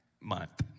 month